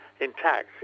intact